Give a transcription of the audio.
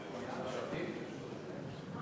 הדובר הבא, חבר הכנסת מאיר פרוש, בבקשה.